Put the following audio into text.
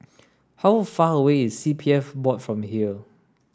how far away is C P F Board from here